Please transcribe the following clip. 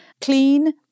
clean